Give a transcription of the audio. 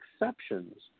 exceptions